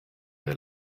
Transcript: der